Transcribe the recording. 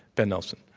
ben nelson?